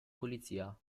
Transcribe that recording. polizia